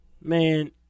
Man